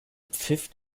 pfiff